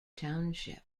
township